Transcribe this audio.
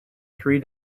three